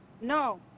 No